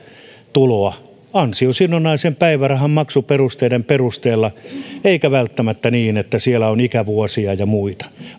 tuloa ansiosidonnaisen päivärahan maksuperusteiden perusteella eikä välttämättä niin että siellä on ikävuosia ja muita